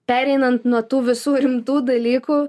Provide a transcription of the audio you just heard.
pereinant nuo tų visų rimtų dalykų